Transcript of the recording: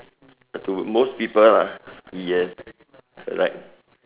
to most people lah yes correct